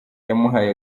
yamuhaye